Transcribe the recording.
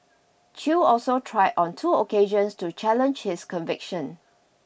Chew also tried on two occasions to challenge his conviction